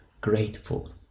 grateful